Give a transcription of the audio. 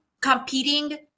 competing